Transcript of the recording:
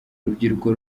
urubyiruko